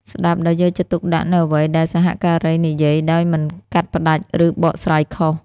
ស្តាប់ដោយយកចិត្តទុកដាក់នូវអ្វីដែលសហការីនិយាយ ដោយមិនកាត់ផ្តាច់ ឬបកស្រាយខុស។